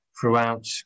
throughout